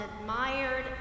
admired